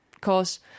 cause